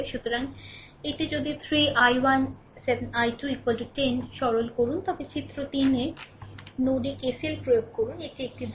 সুতরাং এইটি যদি 3 I1 7 I2 10 সরল করুন তবে চিত্র 3 নোডে KCL প্রয়োগ করুন এটি একটি দেয়